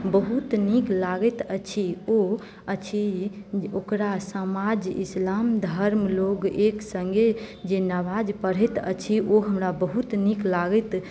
बहुत नीक लागैत अछि ओ अछि ओकरा समाज इस्लाम धर्म लोक एक सङ्गे जे नमाज़ पढ़ैत अछि ओ हमरा बहुत नीक लागैत